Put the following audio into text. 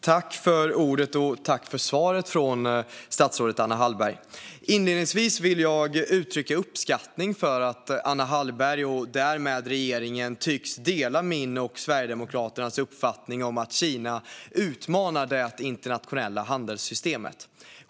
Herr talman! Jag vill tacka för svaret från statsrådet Anna Hallberg. Inledningsvis vill jag uttrycka uppskattning för att Anna Hallberg och därmed regeringen tycks dela min och Sverigedemokraternas uppfattning att Kina utmanar det internationella handelssystemet.